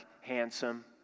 handsome